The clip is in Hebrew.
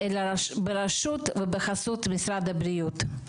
אלא ברשות ובחסות משרד הבריאות.